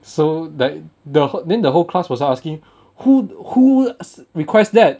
so that the then the whole class was asking who who requests that